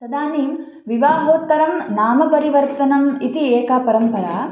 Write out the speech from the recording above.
तदानीं विवाहोत्तरं नामपरिवर्तनम् इति एका परम्परा